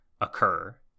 occur